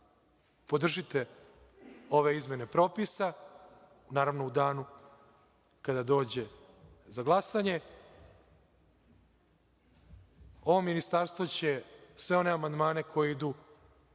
podržite ove izmene propisa u danu za glasanje. Ovo ministarstvo će sve one amandmane koji idu